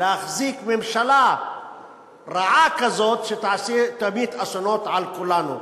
להחזיק ממשלה רעה כזאת, שתמיט אסונות על כולנו,